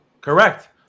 Correct